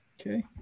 Okay